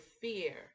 fear